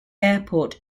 airport